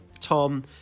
Tom